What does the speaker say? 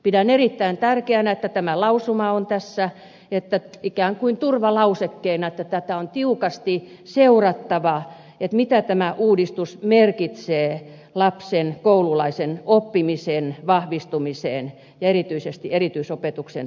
pidän erittäin tärkeänä että tämä lausuma on tässä ikään kuin turvalausekkeena että tätä on tiukasti seurattava mitä tämä uudistus merkitsee lapsen koululaisen oppimisen vahvistumisessa ja erityisesti erityisopetuksen toteutumisessa